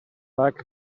like